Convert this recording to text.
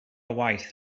waith